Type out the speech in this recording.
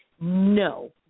no